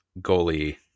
goalie